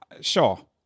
sure